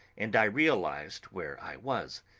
and i realised where i was.